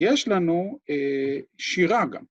‫יש לנו שירה גם.